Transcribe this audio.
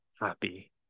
happy